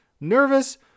nervous